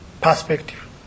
perspective